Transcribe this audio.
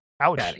Ouch